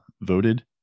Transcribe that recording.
voted